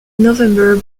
november